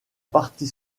partie